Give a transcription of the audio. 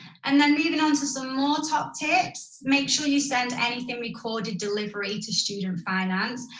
and then moving on to some more top tips, make sure you send anything recorded delivery to student finance.